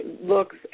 looks